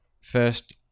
First